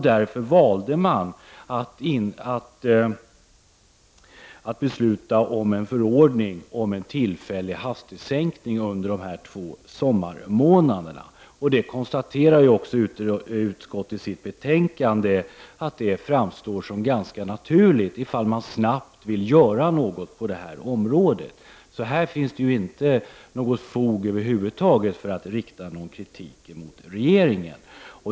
Därför valde man att besluta om en förordning om en tillfällig hastighetssäkning under dessa två sommarmånader. Utskottet konstaterar i betänkandet att det framstår som ganska naturligt om man snabbt ville vidta några åtgärder på området. Här finns det inte något fog över huvud taget för att rikta någon kritik mot regeringen.